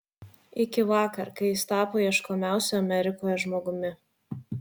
iki vakar kai jis tapo ieškomiausiu amerikoje žmogumi